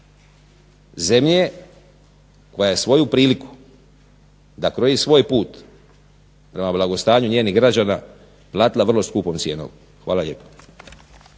zemlje koja je svoju priliku da kroji svoj put prema blagostanju njenih građana platila vrlo skupom cijenom. Hvala lijepo.